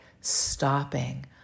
stopping